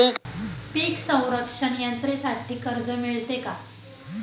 पीक संरक्षण यंत्रणेसाठी कर्ज मिळते का?